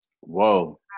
whoa